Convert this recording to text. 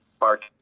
Mark